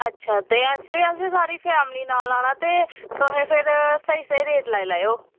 actually असें सारी family नाल औना ते तुसें स्हेई स्हेई रेट लायो